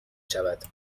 شود